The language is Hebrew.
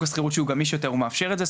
השכירות שהוא גמיש יותר הוא מאפשר את זה,